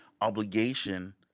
obligation